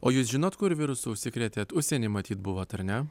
o jūs žinot kur virusu užsikrėt užsieny matyt buvot ar ne